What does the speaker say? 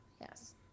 Yes